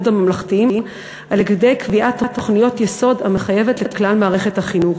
הממלכתיים על-ידי קביעת תוכניות יסוד המחייבת לכלל מערכת החינוך,